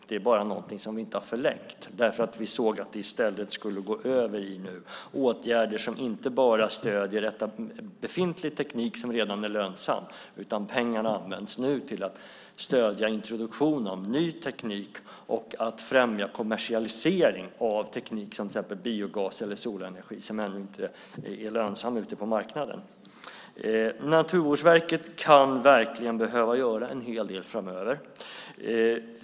Det är bara något som vi inte har förlängt eftersom vi såg att det i stället skulle gå över i åtgärder som inte bara stöder befintlig teknik som redan är lönsam. Pengarna används nu till att stödja introduktionen av ny teknik och främja kommersialisering av teknik som till exempel biogas eller solenergi som ännu inte är lönsam ute på marknaden. Naturvårdsverket kan verkligen behöva göra en hel del framöver.